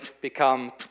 become